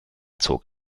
zog